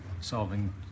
solving